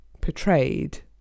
portrayed